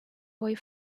boy